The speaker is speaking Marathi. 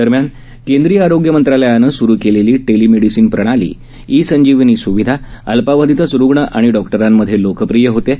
दरम्यान केंद्रीय आरोग्य मंत्रालयानं सूरू केलेली टेलिमेडिसीन प्रणाली ई संजीवनी स्विधा अल्पावधीतच रुग्ण आणि डॉक्टरांमध्ये लोकप्रिय होत आहे